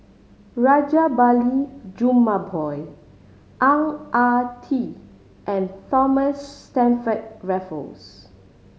Rajabali Jumabhoy Ang Ah Tee and Thomas Stamford Raffles